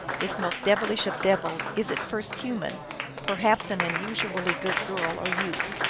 this most devilish of devils, is at first human perhaps an unusually good girl, or youth.